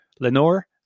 Lenore